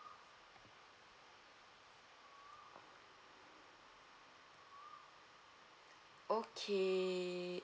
okay